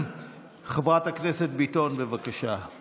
חברת הכנסת ביטון, בבקשה.